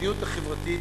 במדיניות החברתית-כלכלית.